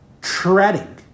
treading